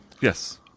Yes